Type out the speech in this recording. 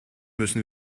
müssen